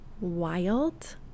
wild